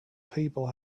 people